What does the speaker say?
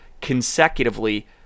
consecutively